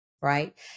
right